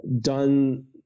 done